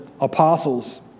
apostles